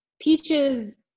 Peaches